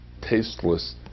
tasteless